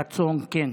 רצון כן.